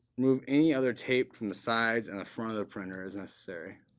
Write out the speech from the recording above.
remove any other tape from the sides and front of the printer. and so